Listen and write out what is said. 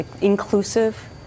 inclusive